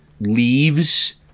leaves